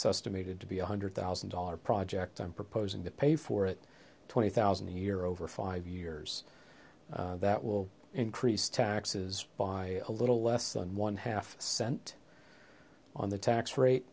me to be one hundred thousand dollars project i'm proposing to pay for it twenty thousand a year over five years that will increase taxes by a little less than one half cent on the tax rate